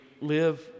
live